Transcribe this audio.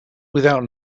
without